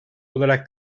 olarak